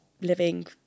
living